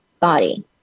body